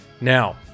Now